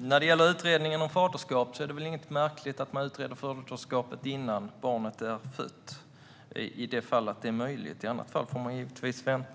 När det gäller utredningen om faderskap är det väl inte märkligt att man utreder faderskapet innan barnet är fött om det är möjligt. Om det inte är möjligt får man givetvis vänta.